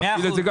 תכפיל את זה.